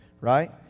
right